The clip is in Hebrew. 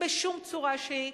בשום צורה שהיא,